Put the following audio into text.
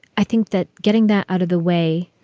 i think that getting that out of the way